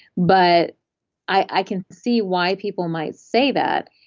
but i can see why people might say that,